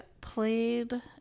played